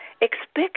Expect